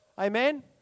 amen